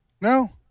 No